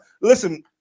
Listen